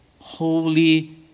Holy